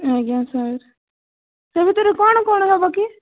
ଆଜ୍ଞା ସାର୍ ତା ଭିତରୁ କ'ଣ କ'ଣ ହବ କି